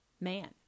man